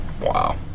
Wow